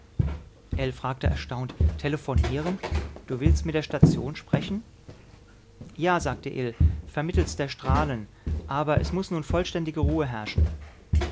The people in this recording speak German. ell fragte erstaunt telephonieren du willst mit der station sprechen ja sagte ill vermittels der strahlen aber es muß nun vollständige ruhe herrschen